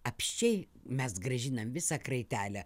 apsčiai mes grąžinam visą kraitelę